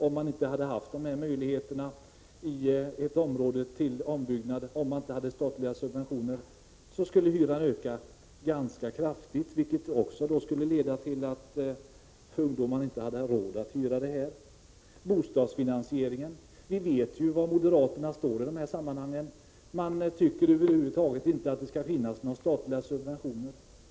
Om det inte fanns möjligheter i ett område till ombyggnad och om det inte fanns statliga subventioner, skulle hyran öka ganska kraftigt. Det skulle leda till att ungdomarna inte skulle ha råd att bo i ett visst område. Beträffande bostadsfinansieringen vet vi var moderaterna står. Man tycker över huvud taget inte att det skall finnas några statliga subventioner.